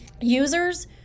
Users